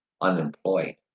unemployed